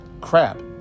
crap